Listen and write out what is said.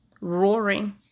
roaring